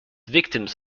victims